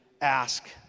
ask